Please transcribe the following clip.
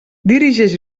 dirigeix